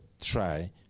try